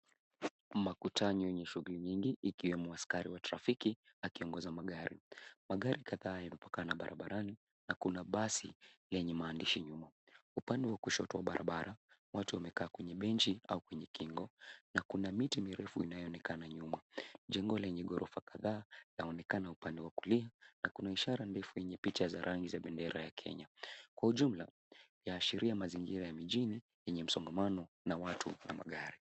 Makutano yenye shughuli nyingi ikiwemo askari wa trafiki akiongoza magari. Magari kadhaa yamepakana barabarani na kuna basi lenye maandishi nyuma. Upande wa kushoto wa barabara watu wamekaa kwenye benchi au kwenye kingo na kuna miti mirefu inayoonekana nyuma. Jengo lenye ghorofa kadhaa laonekana upande wa kulia na kuna ishara ndefu yenye picha za rangi za bendera ya Kenya. Kwa ujumla yaashiria mazingira ya mijini yenye msongamano na watu na magari.